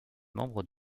membre